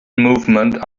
movement